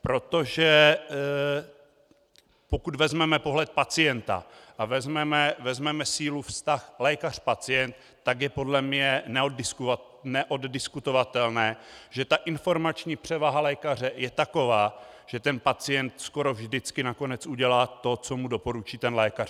Protože pokud vezmeme pohled pacienta a vezmeme sílu vztah lékařpacient, tak je podle mě neoddiskutovatelné, že ta informační převaha lékaře je taková, že pacient skoro vždycky nakonec udělá to, co mu doporučí ten lékař.